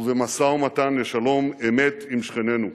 ובמשא-ומתן לשלום אמת עם שכנינו.